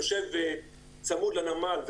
שיושב צמוד לנמל אשדוד,